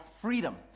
freedom